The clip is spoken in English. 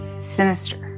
sinister